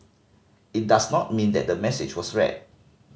it does not mean that the message was read